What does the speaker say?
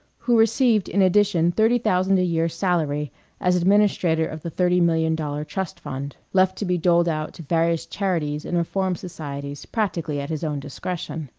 who received in addition thirty thousand a year salary as administrator of the thirty-million-dollar trust fund, left to be doled out to various charities and reform societies practically at his own discretion.